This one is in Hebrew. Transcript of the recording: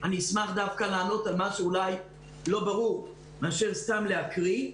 אני אשמח לענות על מה שלא ברור מאשר סתם להקריא.